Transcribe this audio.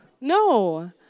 No